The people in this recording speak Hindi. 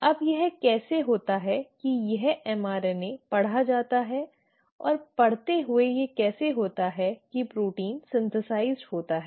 अब यह कैसे होता है कि यह mRNA पढ़ा जाता है और पढ़ते हुए यह कैसे होता है कि प्रोटीन संश्लेषित होता है